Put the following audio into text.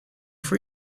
voor